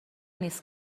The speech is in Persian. نیست